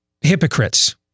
hypocrites